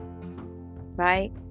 right